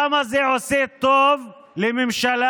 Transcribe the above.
למה זה עושה טוב לממשלה,